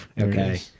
Okay